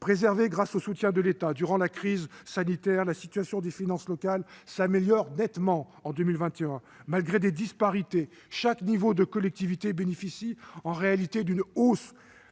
Préservée grâce au soutien de l'État durant la crise sanitaire, la situation des finances locales s'améliore nettement en 2021. Malgré des disparités, chaque niveau de collectivité bénéfice en réalité d'une hausse